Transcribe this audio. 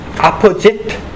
opposite